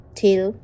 till